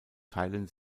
teilen